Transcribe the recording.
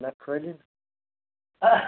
نَہ خٲلی